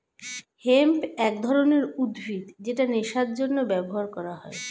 hemp এক ধরনের উদ্ভিদ যেটা নেশার জন্য ব্যবহার করা হয়